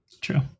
true